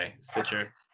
Stitcher